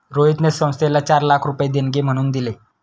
रोहितने संस्थेला चार लाख रुपये देणगी म्हणून दिले